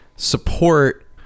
support